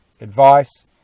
advice